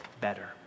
better